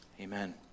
Amen